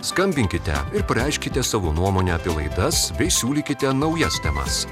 skambinkite ir pareikškite savo nuomonę apie laidas bei siūlykite naujas temas